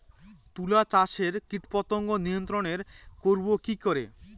তুলা চাষে কীটপতঙ্গ নিয়ন্ত্রণর করব কি করে?